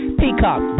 Peacock